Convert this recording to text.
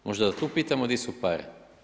Možda da tu pitamo di su pare.